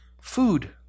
food